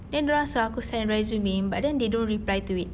then dia orang suruh aku send resume but then they don't reply to it